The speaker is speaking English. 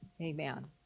Amen